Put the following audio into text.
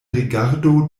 rigardo